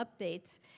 updates